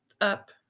up